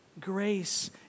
Grace